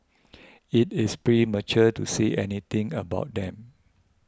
it is premature to say anything about them